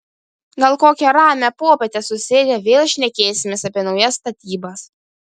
gal kokią ramią popietę susėdę vėl šnekėsimės apie naujas statybas